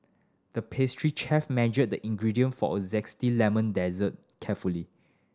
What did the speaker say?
the pastry chef measured the ingredient for a zesty lemon dessert carefully